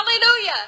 Hallelujah